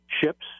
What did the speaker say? ships